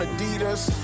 Adidas